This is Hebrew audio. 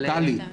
טלי,